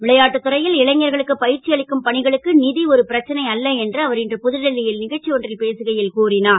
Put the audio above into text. விளையாட்டுத் துறை ல் இளைஞர்களுக்கு ப ற்சி அளிக்கும் பணிகளுக்கு ஒரு பிரச்சனை அல்ல என்று அவர் இன்று புதுடில்லி ல் க ச்சி ஒன்றில் பேசுகை ல் கூறினார்